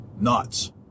nuts